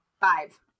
five